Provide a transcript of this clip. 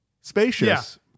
spacious